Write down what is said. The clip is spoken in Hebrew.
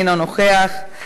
אינו נוכח,